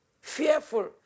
fearful